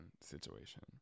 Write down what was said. situation